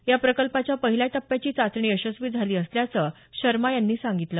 या प्रकल्पाच्या पहिल्या टप्प्याची चाचणी यशस्वी झाली असल्याचं शर्मा यांनी सांगितलं